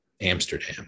Amsterdam